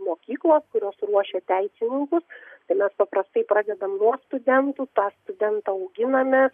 mokyklos kurios ruošia teisininkus tai mes paprastai pradedam nuo studentų tą studentą auginamės